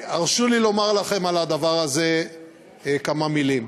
והרשו לי לומר לכם על הדבר הזה כמה מילים.